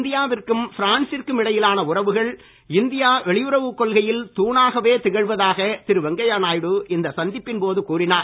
India விற்கும் பிரான்சி ற்கும் இடையிலான உறவுகள் இந்தியா வெளியுறவுக் கொள்கையில் தாணாகவே திகழ்வதாக திரு வெங்கையா நாயுடு இந்த சந்திப்பின் போது கூறினார்